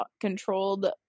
controlled